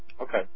Okay